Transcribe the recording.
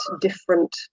different